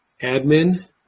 admin